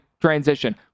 transition